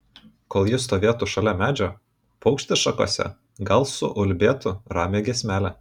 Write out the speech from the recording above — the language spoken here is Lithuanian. kol ji stovėtų šalia medžio paukštis šakose gal suulbėtų ramią giesmelę